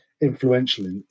influential